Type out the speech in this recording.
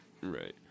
Right